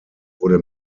wurde